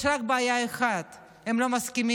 יש רק בעיה אחת, הם לא מסכימים.